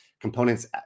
components